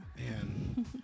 Man